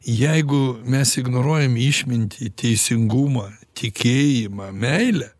jeigu mes ignoruojam išmintį teisingumą tikėjimą meilę